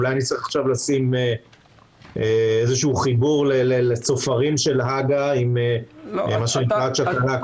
אולי אני צריך עכשיו לשים חיבור לצופרים של הג"א עם מה שנקרא צ'קלקות?